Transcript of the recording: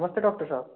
नमस्ते डॉक्टरसाब